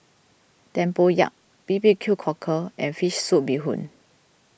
Tempoyak B B Q Cockle and Fish Soup Bee Hoon